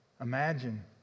Imagine